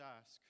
ask